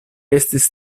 estis